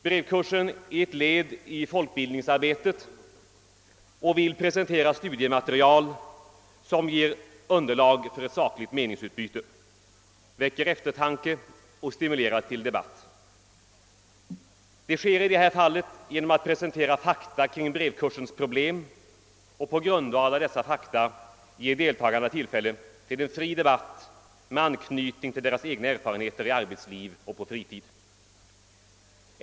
Brevkursen är ett led i folkbildningsarbetet och vill presentera studiematerial, som ger underlag för ett sakligt meningsutbyte, väcker eftertanke och stimulerar till debatt. Det sker i detta fall genom att man presenterar fakta kring brevkursens problem och på grundval av dessa fakta ger deltagarna tillfälle till en fri debatt med anknytning till deras egna erfarenheter i arbetslivet och på fritiden.